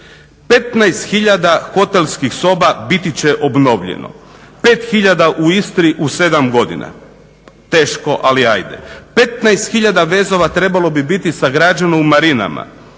hiljada hotelskih soba biti će obnovljeno, 5 hiljada u Istri u 7 godina. Teško ali ajde. 15 hiljada vezova trebalo bi biti sagrađeno u marinama,